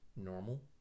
normal